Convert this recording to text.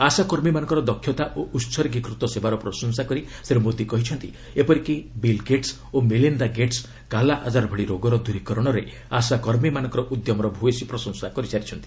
ଆଶା କର୍ମୀମାନଙ୍କର ଦକ୍ଷତା ଓ ଉହର୍ଗୀକୃତ ସେବାର ପ୍ରଶଂସା କରି ଶ୍ରୀ ମୋଦି କହିଛନ୍ତି ଏପରିକି ବିଲ୍ ଗେଟସ୍ ଓ ମେଲିଣ୍ଡା ଗେଟସ୍ କାଲା ଆକାର୍ ଭଳି ରୋଗର ଦୂରିକରଣରେ ଆଶା କର୍ମୀମାନଙ୍କର ଉଦ୍ୟମର ଭ୍ୟସୀ ପ୍ରଶଂସା କରି ସାରିଛନ୍ତି